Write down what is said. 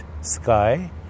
sky